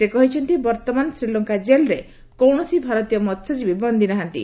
ସେ କହିଛନ୍ତି ବର୍ତ୍ତମାନ ଶ୍ରୀଲଙ୍କା ଜେଲ୍ରେ କୌଣସି ଭାରତୀୟ ମହ୍ୟଜୀବୀ ବନ୍ଦୀ ନାହାନ୍ତି